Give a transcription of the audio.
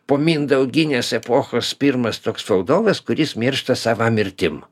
po mindauginės epochos pirmas toks valdovas kuris miršta sava mirtim